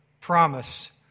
promise